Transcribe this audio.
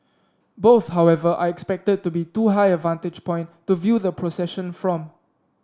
both however are expected to be too high a vantage point to view the procession from